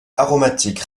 aromatique